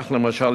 למשל,